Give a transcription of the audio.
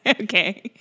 Okay